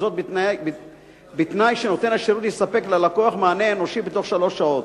וזאת בתנאי שיספק ללקוח מענה אנושי בתוך שלוש שעות.